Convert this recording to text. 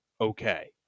okay